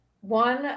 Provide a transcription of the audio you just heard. one